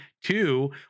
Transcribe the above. two